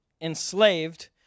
enslaved